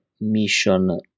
mission